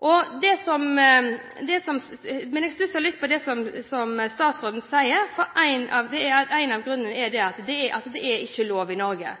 Men jeg stusser litt over det som statsråden sier, at en av grunnene er at det ikke er lov i Norge. Men når vi før i uken kunne se den utviklingen at det er en stor økning av surrogatbarn fra India – det har hittil i år kommet nesten 30 barn til Norge